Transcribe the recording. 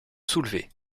soulever